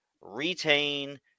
retain